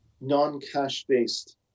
non-cash-based